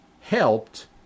helped